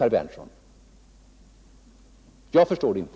Jag förstår det inte.